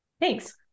Thanks